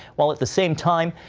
while at the same time,